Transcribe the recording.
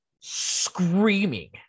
screaming